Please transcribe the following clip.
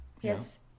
Yes